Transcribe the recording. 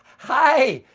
hi,